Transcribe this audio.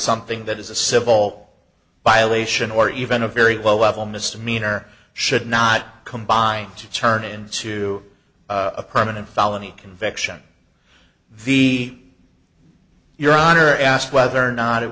something that is a civil violation or even a very low level misdemeanor should not combine to turn into a permanent felony conviction v your honor asked whether or not it